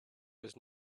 was